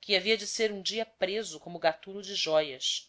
que havia de ser um dia preso como gatuno de jóias